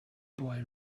boy